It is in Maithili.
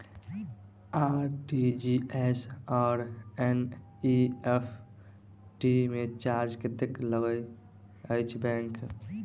आर.टी.जी.एस आओर एन.ई.एफ.टी मे चार्ज कतेक लैत अछि बैंक?